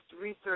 research